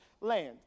land